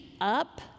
up